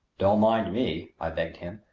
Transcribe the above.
don't mind me, i begged him.